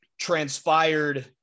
transpired